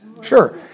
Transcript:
Sure